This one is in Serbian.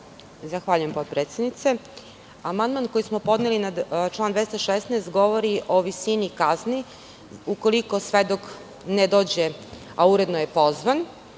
Zahvaljujem. Amandman koji smo podneli na član 216. govori o visini kazni ukoliko svedok ne dođe a uredno je pozvan